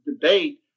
debate